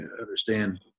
understand